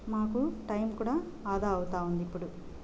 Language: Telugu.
మాకు టైం కూడా ఆదా అవుతు వుంది ఇప్పుడు